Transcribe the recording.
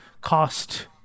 cost